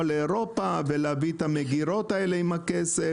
לאירופה ולהביא את המגירות האלה עם הכסף.